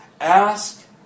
ask